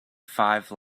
five